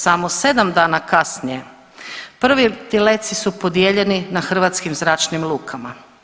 Samo 7 dana kasnije prvi ti letci su podijeljeni na hrvatskim zračnim lukama.